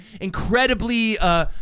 incredibly